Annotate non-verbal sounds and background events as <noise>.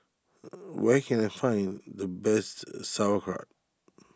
<noise> where can I find the best Sauerkraut